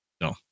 No